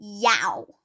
Yow